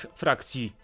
frakcji